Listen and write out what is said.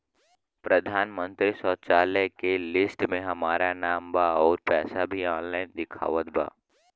प्रधानमंत्री शौचालय के लिस्ट में हमार नाम बा अउर पैसा भी ऑनलाइन दिखावत बा